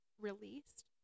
released